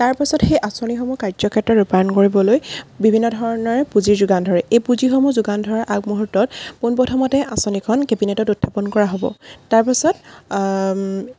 তাৰপাছত সেই আঁচনিসমূহ কাৰ্য্য ক্ষেত্ৰত ৰূপায়ন কৰিবলৈ বিভিন্ন ধৰণৰে পুঁজিৰ যোগান ধৰে এই পুঁজিসমূহ যোগান ধৰাৰ আগমূহুৰ্ত্তত পোন প্ৰথমতে আঁচনিখন কেবিনেটত উৎথাপন কৰা হ'ব তাৰপাছত